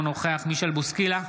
אינו נוכח מישל בוסקילה,